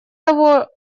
того